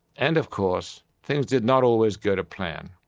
and of course, things did not always go to plan.